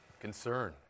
Concern